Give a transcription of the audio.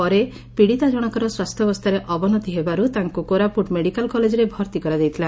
ପରେ ପୀଡ଼ିତା ଜଣକର ସ୍ୱାସ୍ଥ୍ୟାସ୍ଥାରେ ଅବନତି ହେବାରୁ ତାଙ୍କୁ କୋରାପୁଟ ମେଡିକାଲ୍ କଲେଜରେ ଭର୍ଉ କରାଯାଇଥିଲା